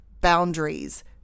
boundaries